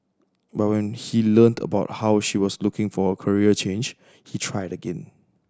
but when he learnt about how she was looking for a career change he tried again